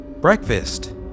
Breakfast